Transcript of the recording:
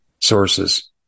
sources